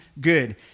good